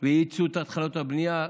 והאיצו את התחלות הבנייה.